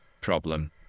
problem